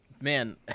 Man